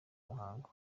muhango